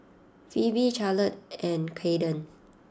Phoebe Charlotte and Kaden